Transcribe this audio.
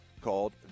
called